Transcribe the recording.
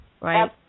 Right